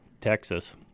Texas